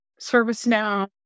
ServiceNow